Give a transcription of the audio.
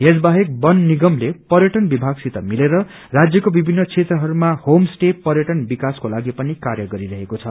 यस बाहेक वन निगमले पर्यटन विमागसित मिलेर राष्यको विभिन्न क्षेत्रहरूमा होमस्टे पर्यटन विकासकोलागि पनि कार्य गरिरहेको छ